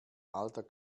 alter